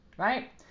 Right